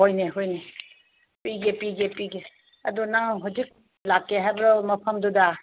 ꯍꯣꯏꯅꯦ ꯍꯣꯏꯅꯦ ꯄꯤꯒꯦ ꯄꯤꯒꯦ ꯄꯤꯒꯦ ꯑꯗꯣ ꯅꯪ ꯍꯧꯖꯤꯛ ꯂꯥꯛꯀꯦ ꯍꯥꯏꯕ꯭ꯔꯣ ꯃꯐꯝꯗꯨꯗ